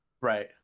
Right